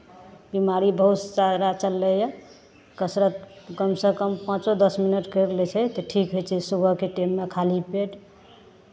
बीमारी बहुत सारा चललैए कसरत कमसँ कम पाँचो दस मिनट करि लै छै तऽ ठीक होइ छै सुबहके टाइममे खाली पेट